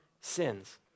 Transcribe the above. sins